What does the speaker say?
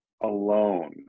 alone